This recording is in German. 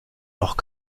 noch